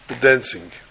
dancing